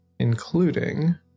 Including